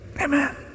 Amen